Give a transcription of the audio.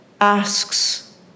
asks